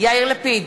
יאיר לפיד,